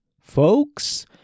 folks